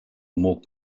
more